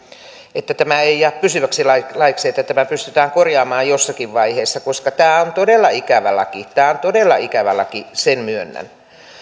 että tämä ei jää pysyväksi laiksi laiksi että tämä pystytään korjaamaan jossakin vaiheessa koska tämä on todella ikävä laki tämä on todella ikävä laki sen myönnän